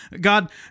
God